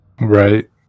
right